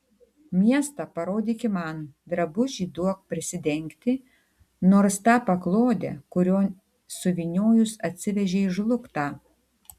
miestą parodyki man drabužį duok prisidengti nors tą paklodę kurion suvyniojus atsivežei žlugtą